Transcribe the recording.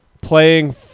playing